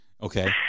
okay